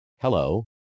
Hello